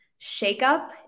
shakeup